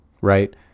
right